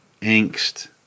angst